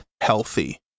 healthy